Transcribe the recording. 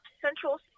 Central